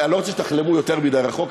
אני לא רוצה שתחלמו יותר מדי רחוק,